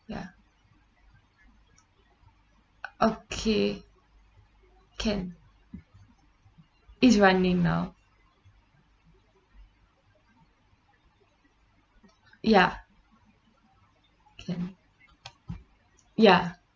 ya okay can it's running now ya can ya